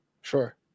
Sure